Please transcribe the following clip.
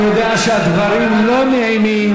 אני יודע שהדברים לא נעימים.